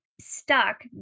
stuck